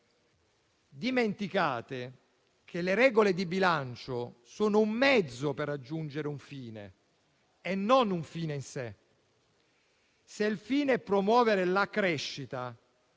Dimenticate che le regole di bilancio sono un mezzo per raggiungere un fine e non un fine in sé. Se il fine è promuovere la crescita,